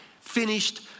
finished